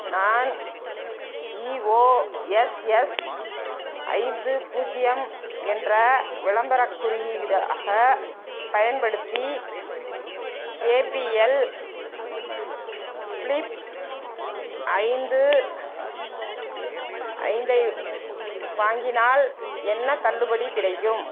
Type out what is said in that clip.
நான் இஓஎஸ்எஸ் ஐந்து பூஜ்ஜியம் என்ற விளம்பரக் குறியீடாகப் பயன்படுத்தி ஜேபிஎல் ப்ளிப் ஐந்து ஐந்தை வாங்கினால் என்ன தள்ளுபடி கிடைக்கும்